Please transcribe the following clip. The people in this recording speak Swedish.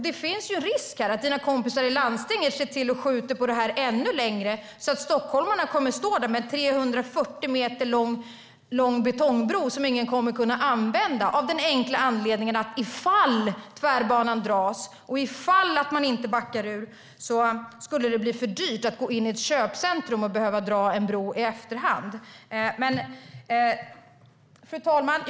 Det finns risk att dina kompisar i landstinget skjuter på det här ännu längre så att stockholmarna står där med en 340 meter lång betongbro som ingen kan använda av den enkla anledningen att ifall Tvärbanan dras och ifall man inte backar ur skulle det bli för dyrt att behöva gå in i ett köpcentrum och dra en bro i efterhand. Fru talman!